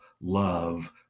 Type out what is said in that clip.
love